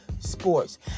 sports